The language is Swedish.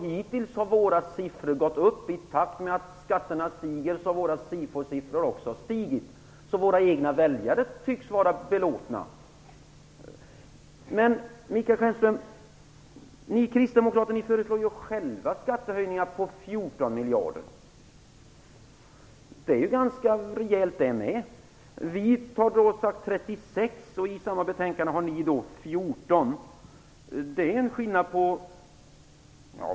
Hittills har våra siffror gått upp. I takt med att skatterna stiger har även våra SIFO-siffror stigit. Våra egna väljare tycks vara belåtna. Ni kristdemokrater föreslår ju själva skattehöjningar på 14 miljarder, Michael Stjernström. Det är ju också ganska rejält. Vi har sagt 36 miljarder. I samma betänkande föreslår ni 14 miljarder.